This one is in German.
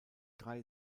drei